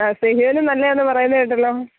അഹ് സെഹിയോനും നല്ലതാണെന്ന് പറയുന്നത് കേട്ടല്ലോ